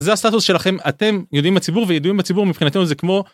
זה הסטטוס שלכם אתם ידועים בציבור וידועים בציבור מבחינתנו זה כמו.